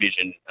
vision